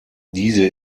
diese